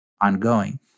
ongoing